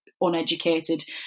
uneducated